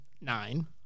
nine